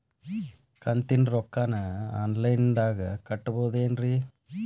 ಕಂತಿನ ರೊಕ್ಕನ ಆನ್ಲೈನ್ ದಾಗ ಕಟ್ಟಬಹುದೇನ್ರಿ?